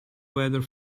weather